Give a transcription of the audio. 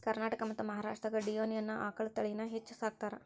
ಕರ್ನಾಟಕ ಮತ್ತ್ ಮಹಾರಾಷ್ಟ್ರದಾಗ ಡಿಯೋನಿ ಅನ್ನೋ ಆಕಳ ತಳಿನ ಹೆಚ್ಚ್ ಸಾಕತಾರ